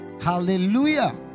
hallelujah